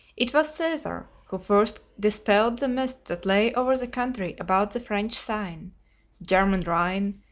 it was caesar who first dispelled the mist that lay over the country about the french seine, the german rhine,